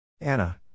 Anna